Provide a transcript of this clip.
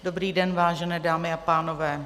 Dobrý den vážené dámy a pánové.